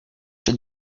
przy